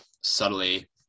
subtly